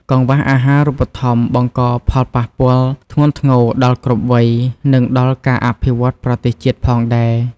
កង្វះអាហារូបត្ថម្ភបង្កផលប៉ះពាល់ធ្ងន់ធ្ងរដល់គ្រប់វ័យ និងដល់ការអភិវឌ្ឍប្រទេសជាតិផងដែរ។